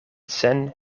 sen